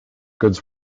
goods